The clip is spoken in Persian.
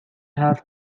حرف